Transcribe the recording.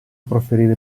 proferire